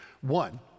One